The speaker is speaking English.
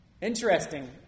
interesting